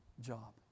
job